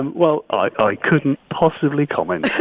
and well, i couldn't possibly comment